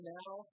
now